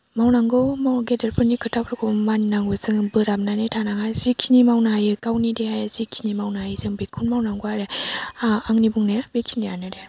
मावनांगौ गेदेरफोरनि खोथाफोरखौ मानिनांगौ जोङो बोराबनानै थानाङा जिखिनि मावनो हायो गावनि देहाया जिखिनि मावनो हायो जों बेखौनो मावनांगौ आरो आंनि बुंनाया बेखिनिआनो दे